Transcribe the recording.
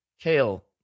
kale